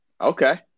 Okay